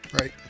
right